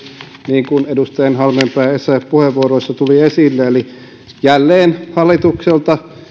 niin kuin edustajien halmeenpää ja essayah puheenvuoroissa tuli esille eli jälleen hallitukselta